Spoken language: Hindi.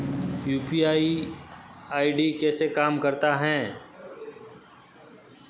यू.पी.आई आई.डी कैसे काम करता है?